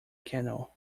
canal